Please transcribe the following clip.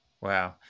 Wow